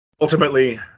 Ultimately